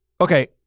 Okay